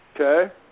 Okay